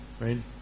right